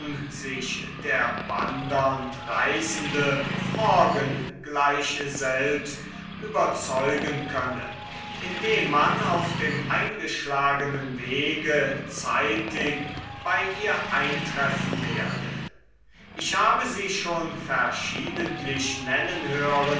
sich der wandernd reisende morgen gleich selbst überzeugen könne indem man auf dem eingeschlagenen wege zeitig bei ihr eintreffen werde ich habe sie schon verschiedentlich nennen hören